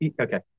Okay